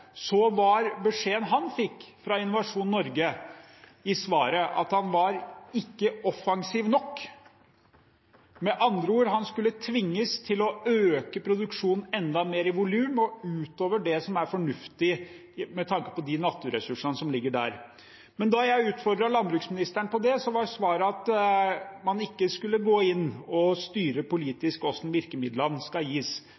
var beskjeden han fikk fra Innovasjon Norge i svaret, at han ikke var offensiv nok. Med andre ord: Han skulle tvinges til å øke produksjonen enda mer i volum og utover det som er fornuftig med tanke på de naturressursene som ligger der. Men da jeg utfordret landbruksministerne på det, var svaret at man ikke skulle gå inn og styre politisk hvordan virkemidlene skulle gis,